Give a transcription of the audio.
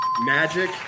Magic